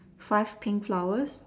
five pink flowers